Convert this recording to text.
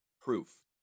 proof